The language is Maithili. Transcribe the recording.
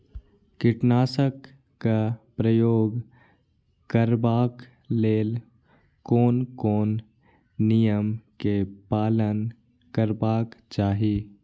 कीटनाशक क प्रयोग करबाक लेल कोन कोन नियम के पालन करबाक चाही?